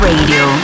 Radio